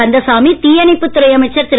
கந்தசாமி தீயணைப்புத்துறை அமைச்சர் திரு